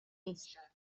نیست